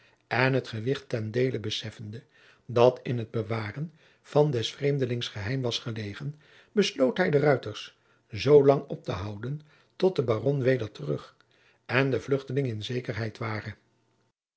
en het gewicht ten deele beseffende dat in het bewaren van des vreemdelings geheim was gelegen besloot hij de ruiters zoo lang op te houden tot de baron weder terug en de vluchteling in zekerheid ware